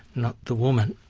not the woman.